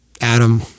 Adam